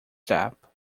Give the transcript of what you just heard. step